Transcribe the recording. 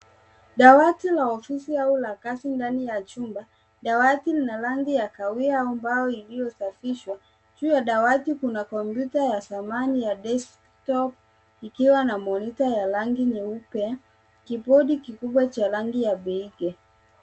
Dawati la ofisi lipo katikati ya chumba. Dawati hilo lina sura ya mstatili na limeundwa kwa mbao iliyo na rangi ya kahawia ili kutoa muonekano mzuri. Juu ya dawati kuna kompyuta ya mezani yenye monitor yenye rangi nyeupe. Kibodi pia kipo juu ya dawati na lina rangi ya nyeupe